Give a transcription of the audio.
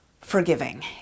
forgiving